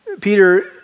Peter